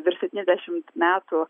virš septyniasdešimt metų